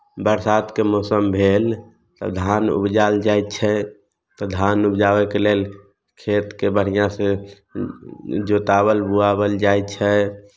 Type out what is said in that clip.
बरसातके मौसम भेल तऽ धान उपजायल जाइ छै तऽ धान उपजाबयके लेल खेतके बढ़िआँसँ जोताओल बोआओल जाइ छै